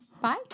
Bye